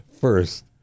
First